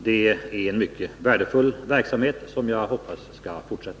Det är en mycket värdefull verksamhet, som jag hoppas skall fortsätta.